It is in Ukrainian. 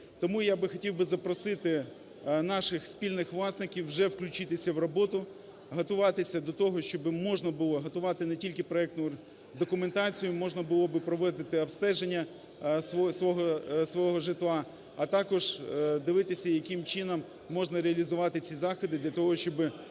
Тому я би хотів би запросити наших спільних власників вже включитися в роботу, готуватися до того, щоби можна було готувати не тільки проекту документацію, а можна було би проводити обстеження свого житла. А також дивитися, яким чином можна реалізувати ці заходи для того, щоби